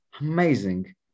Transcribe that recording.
Amazing